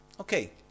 okay